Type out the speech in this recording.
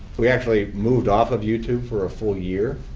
we actually moved off of youtube for a full year